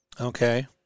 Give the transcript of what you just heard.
Okay